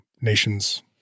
nations